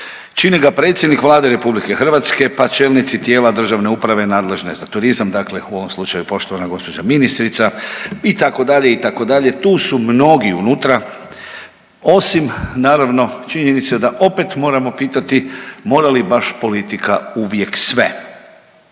Čini ga predsjednik Vlade RH, pa čelnici tijela državne uprave nadležne za turizam, dakle u ovom slučaju poštovana gospođa ministrica itd., itd. tu su mnogi unutra osim naravno činjenice da opet moramo pitati mora li baš politika uvijek sve.